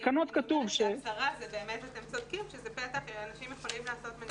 אתם באמת צודקים שזה פתח לאנשים שיכולים לעשות מניפולציות.